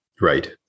Right